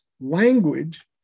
Language